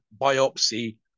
biopsy